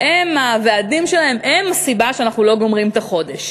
הם והוועדים הם הסיבה שאנחנו לא גומרים את החודש.